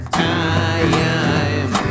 time